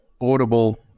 Audible